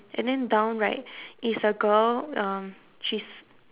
and then down right is a girl um she's